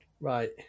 Right